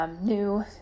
new